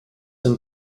and